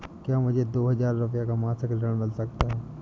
क्या मुझे दो हजार रूपए का मासिक ऋण मिल सकता है?